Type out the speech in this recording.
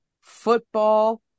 football